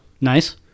Nice